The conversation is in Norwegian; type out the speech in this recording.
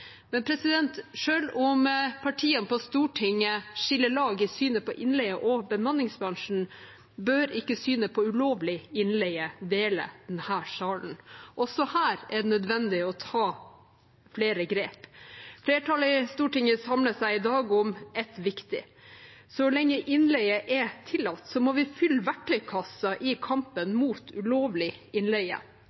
om partiene på Stortinget skiller lag i synet på innleie og bemanningsbransjen, bør ikke synet på ulovlig innleie dele denne salen. Også her er det nødvendig å ta flere grep. Flertallet i Stortinget samler seg i dag om et viktig et. Så lenge innleie er tillatt, må vi fylle verktøykassen i kampen mot ulovlig innleie.